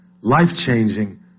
life-changing